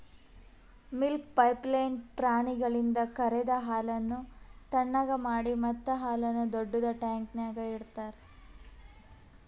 milk pipeline ಪ್ರಾಣಿಗಳಿಂದ ಕರೆದ ಹಾಲನ್ನು ಥಣ್ಣಗ್ ಮಾಡಿ ಮತ್ತ ಹಾಲನ್ನು ದೊಡ್ಡುದ ಟ್ಯಾಂಕ್ನ್ಯಾಗ್ ಇಡ್ತಾರ